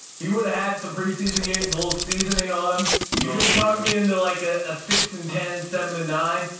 he would have had some preseason games, a little seasoning on them and you could to talk me into like a a six and ten, seven and nine.